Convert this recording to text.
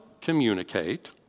communicate